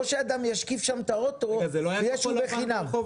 לא שאדם ישכיב שם את האוטו בגלל שהוא בחינם.